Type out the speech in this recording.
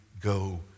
go